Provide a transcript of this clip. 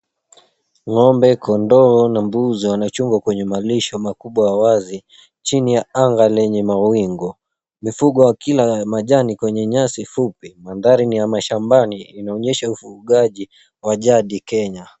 Ng'ombe, kondoo na mbuzi wanachungwa kwenye malisho makubwa ya wazi chini ya anga lenye mawingu. Mifugo wakila majani kwenye nyasi fupi. Mandhari ni ya shambani, inaonyesha ufugaji wa jadi Kenya.